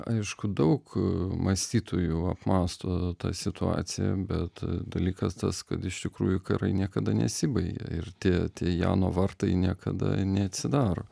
aišku daug mąstytojų apmąsto tą situaciją bet dalykas tas kad iš tikrųjų karai niekada nesibaigia ir tie tie jano vartai niekada neatsidaro